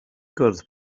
gwrdd